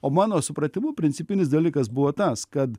o mano supratimu principinis dalykas buvo tas kad